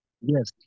Yes